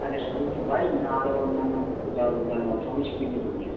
আচ্ছা শুধু কি বাইক না আরো অন্যান্য যান যানবাহন সবই স্পিডে চলছে